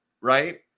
right